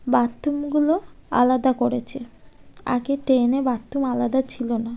বাথরুমগুলো আলাদা করেছে আগে ট্রেনে বাথরুম আলাদা ছিল না